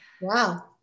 wow